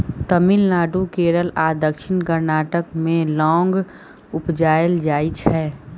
तमिलनाडु, केरल आ दक्षिण कर्नाटक मे लौंग उपजाएल जाइ छै